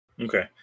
Okay